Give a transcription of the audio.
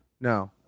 No